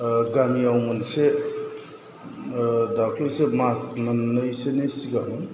गामियाव मोनसे दाखालैसो मास मोननैसोनि सिगां